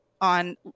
on